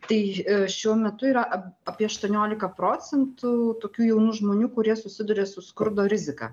tai šiuo metu yra apie aštuoniolika procentų tokių jaunų žmonių kurie susiduria su skurdo rizika